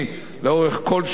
לאורך כל שירותו,